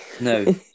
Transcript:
No